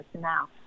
now